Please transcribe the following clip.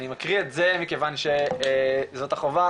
אני מקריא את זה מכיוון זאת החובה,